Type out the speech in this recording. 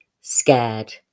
scared